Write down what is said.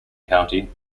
county